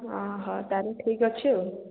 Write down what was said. ଅହ ତାହେଲେ ଠିକ୍ ଅଛି ଆଉ